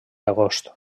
agost